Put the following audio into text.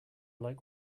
like